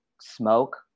smoke